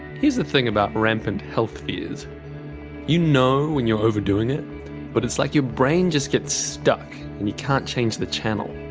here's the thing about rampant rampant health fears you know when you're overdoing it but it's like your brain just gets stuck and you can't change the channel.